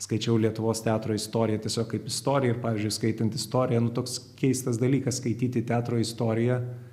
skaičiau lietuvos teatro istoriją tiesiog kaip istoriją ir pavyzdžiui skaitant istoriją nu toks keistas dalykas skaityti teatro istoriją